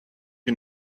you